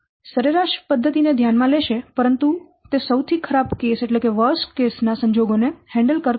તે સરેરાશ પરિસ્થિતિ ને ધ્યાન માં લેશે પરંતુ તે સૌથી ખરાબ કેસ ના સંજોગો ને હેન્ડલ કરતું નથી